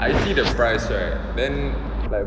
I see the price right then like